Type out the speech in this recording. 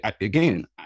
again